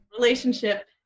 relationship